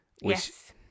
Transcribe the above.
Yes